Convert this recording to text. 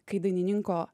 kai dainininko